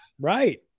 Right